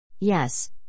Yes